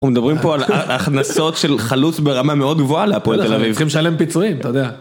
אנחנו מדברים פה על הכנסות של חלוץ ברמה מאוד גבוהה להפועל תל אביב. צריכים לשלם פיצויים, אתה יודע.